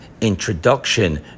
introduction